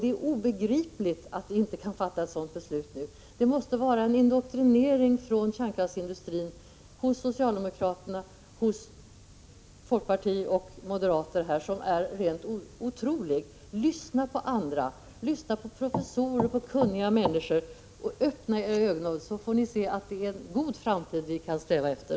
Det är obegripligt att riksdagen inte nu kan fatta beslut om att stänga hela Barsebäck. Socialdemokraterna, folkpartiet och moderaterna måste vara rent otroligt indoktrinerade av kärnkraftsindustrin. Lyssna på andra! Lyssna på professorer och andra kunniga människor och öppna era ögon, så får ni klart för er att det finns en god framtid att sträva efter.